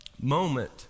moment